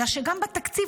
אלא שגם התקציב,